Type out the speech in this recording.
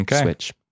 switch